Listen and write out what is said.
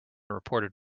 reported